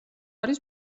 არის